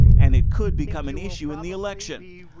and it could become an issue in the election.